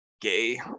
Gay